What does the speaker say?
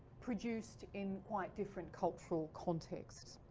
produced in quite different cultural contexts.